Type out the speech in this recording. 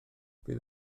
fydd